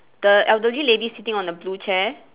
the elderly lady sitting on the blue chair